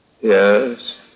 Yes